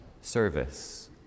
service